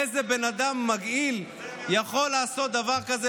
איזה בן אדם מגעיל יכול לעשות דבר כזה?